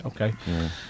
Okay